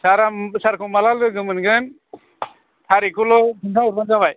सारा सारखौ माला लोगो मोनगोन थारिकखौल' खोनथा हरबानो जाबाय